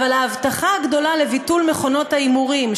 אבל ההבטחה הגדולה לביטול מכונות ההימורים,